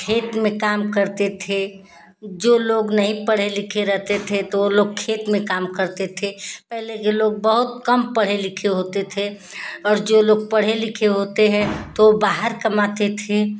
खेत में काम करते थे जो लोग नहीं पढ़े लिखे रहते थे तो वे लोग खेत में काम करते थे पहले के लोग बहुत कम पढ़े लिखे होते थे और जो लोग पढ़े लिखे होते हैं तो वे बाहर कमाते थे